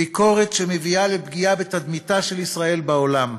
ביקורת שמביאה לפגיעה בתדמיתה של ישראל בעולם.